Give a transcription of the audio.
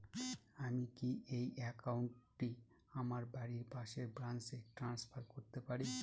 আমি কি এই একাউন্ট টি আমার বাড়ির পাশের ব্রাঞ্চে ট্রান্সফার করতে পারি?